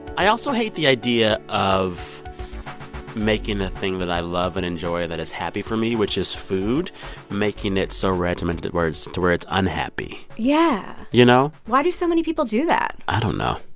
i also hate the idea of making a thing that i love and enjoy that is happy for me, which is food making it so regimented where it's to where it's unhappy yeah you know? why do so many people do that? i don't know.